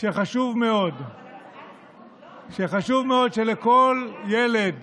שחשוב מאוד שלכל ילד